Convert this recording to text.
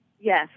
Yes